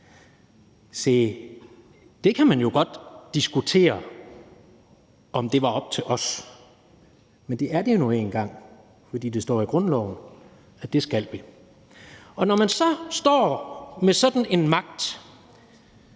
Se, man kan jo godt diskutere, om det er op til os, men det er det nu engang, fordi der står i grundloven, at det skal vi. Kl. 16:13 Når man så står med sådan en magt